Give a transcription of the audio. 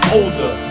older